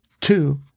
Two